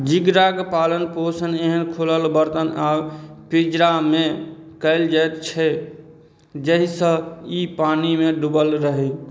झीँगाके पालन पोषण एहन खुलल बरतन आओर पिञ्जरामे कएल जाइत छै जाहिसँ ई पानिमे डुबल रहै